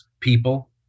people